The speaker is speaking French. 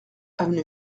avenue